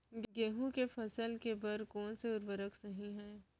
गेहूँ के फसल के बर कोन से उर्वरक सही है?